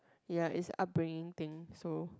ya is upbringing thing so